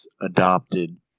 adopted